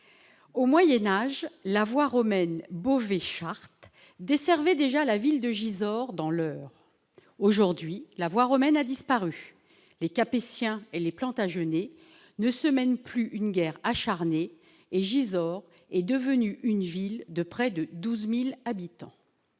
Au Moyen Âge, la voie romaine Beauvais-Chartres desservait déjà la ville de Gisors dans l'Eure. Aujourd'hui, la voie romaine a disparu, les Capétiens et les Plantagenêts ne se mènent plus une guerre acharnée et Gisors est devenue une ville de près de 12 000 habitants.